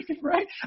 Right